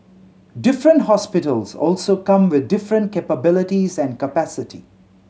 different hospitals also come with different capabilities and capacity